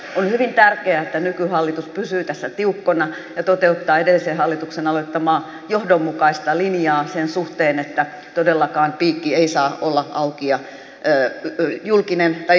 on hyvin tärkeää että nykyhallitus pysyy tässä tiukkana ja toteuttaa edellisen hallituksen aloittamaa johdonmukaista linjaa sen suhteen että todellakaan piikki ei saa olla auki ja yhteinen